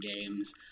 games